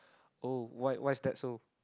oh why why is that so